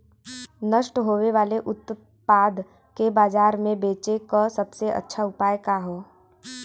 नष्ट होवे वाले उतपाद के बाजार में बेचे क सबसे अच्छा उपाय का हो?